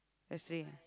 let's drink